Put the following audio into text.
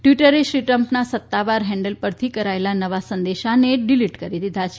ટ્વીટરે શ્રી ટ્રમ્પના સત્તાવાર હેન્ડલ પરથી કરાયેલા નવા સંદેશાને ડિલીટ કરી દીધા છે